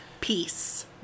Peace